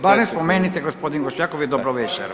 Barem spomenite gospodin Bošnjaković, dobro večer.